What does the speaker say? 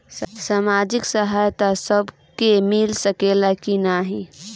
सामाजिक सहायता सबके मिल सकेला की नाहीं?